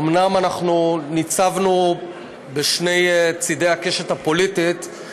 אומנם אנחנו ניצבנו בשני צדי הקשת הפוליטית,